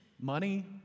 Money